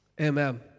Amen